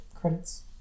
credits